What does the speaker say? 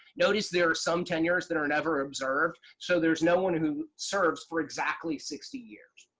notice there are some tenures that are never observed. so there's no one who serves for exactly sixty years.